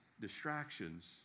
distractions